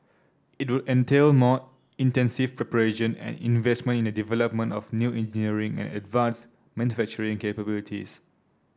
it will entail more intensive preparation and investment in the development of new engineering and advanced manufacturing capabilities